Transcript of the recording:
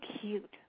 cute